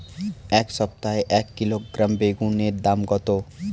এই সপ্তাহে এক কিলোগ্রাম বেগুন এর দাম কত?